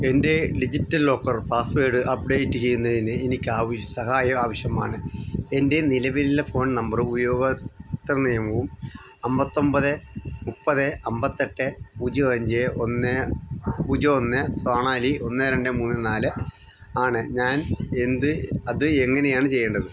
എൻ്റെ digital locker password update ചെയ്യുന്നതിന് എനിക്ക് സഹായം ആവശ്യമാണ് എന്റെ നിലവിലെ ഫോൺ നമ്പറും ഉപയോഗത്ത നിയമവും അമ്പത്തൊമ്പത് മുപ്പത് അമ്പത്തെട്ട് പൂജ്യം അഞ്ച് ഒന്ന് പൂജ്യം ഒന്ന് സൊണാലി ഒന്ന് രണ്ട് മൂന്ന് നാല് ആണ് ഞാൻ എന്ത് അത് എങ്ങനെയാണ് ചെയ്യേണ്ടത്